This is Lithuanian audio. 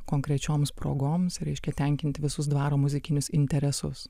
konkrečioms progoms reiškia tenkint visus dvaro muzikinius interesus